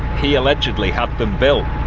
he allegedly had them built,